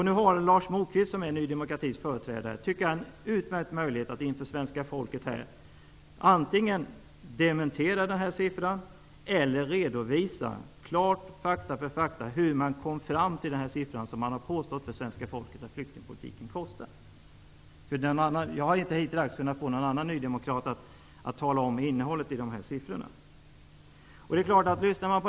Nu har Lars Moquist, som är Ny demokratis företrädare, en utmärkt möjlighet att inför svenska folket dementera den här siffran eller också att faktum för faktum klart redovisa hur man kommit fram till den siffra som man har uppgivit för svenska folket att flyktingpolitiken kostar. Jag har hittills inte kunnat få någon annan nydemokrat att redogöra för innehållet i den siffran.